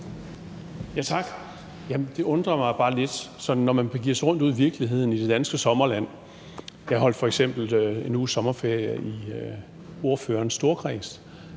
(S): Tak. Det undrer mig bare lidt. Man kan begive sig rundt ude i virkeligheden i det danske sommerland. Jeg holdt f.eks. en uges sommerferie i ordførerens storkreds.